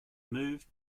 moved